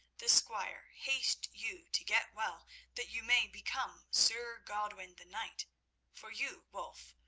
the squire, haste you to get well that you may become sir godwin the knight for you, wulf,